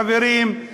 חברים.